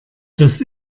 das